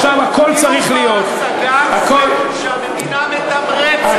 דיור בר-השגה זה כשהמדינה מתמרצת.